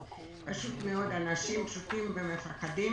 אנחנו אנשים פשוטים ופוחדים